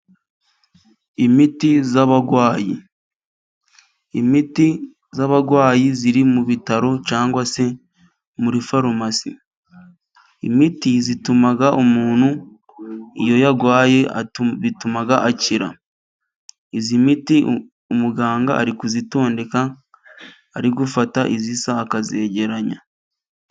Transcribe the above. Imiti y'abarwayi, imiti y'abarwayi iri mu bitaro cyangwa se muri farumasi. Imiti ituma umuntu iyo yarwaye bituma akira .iyi miti umuganga ari kuyitondeka, ari gufata isa akayegeranya.